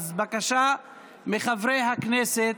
בבקשה, חברי הכנסת,